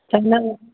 समय